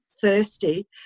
thirsty